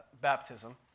baptism